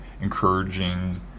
encouraging